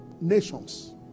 Nations